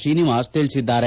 ಶ್ರೀನಿವಾಸ ತಿಳಿಸಿದ್ದಾರೆ